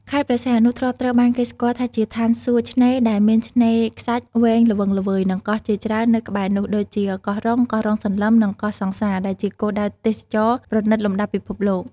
ខេត្តព្រះសីហនុធ្លាប់ត្រូវបានគេស្គាល់ថាជា ឋានសួគ៌ឆ្នេរ ដែលមានឆ្នេរខ្សាច់ដ៏វែងល្វឹងល្វើយ និងកោះជាច្រើននៅក្បែរនោះ ដូចជា កោះរ៉ុង កោះរ៉ុងសន្លឹម និងកោះសង្សារ ដែលជាគោលដៅទេសចរណ៍ប្រណិតលំដាប់ពិភពលោក។